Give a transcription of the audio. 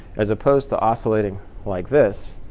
as opposed to oscillating like this,